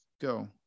go